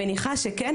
אני מניחה שכן.